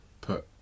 put